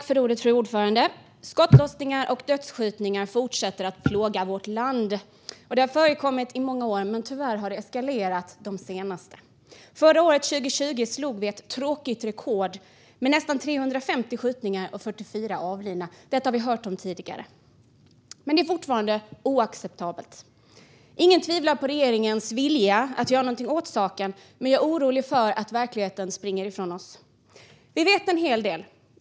Fru talman! Skottlossningar och dödsskjutningar fortsätter att plåga vårt land. Det har förekommit i många år, men tyvärr har det eskalerat de senaste åren. Förra året, 2020, slog vi ett tråkigt rekord med nästan 350 skjutningar och 44 avlidna. Detta har vi hört om tidigare. Men det är fortfarande oacceptabelt. Ingen tvivlar på regeringens vilja att göra någonting åt saken. Men jag är orolig för att verkligheten springer ifrån oss. Vi vet en hel del.